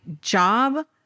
job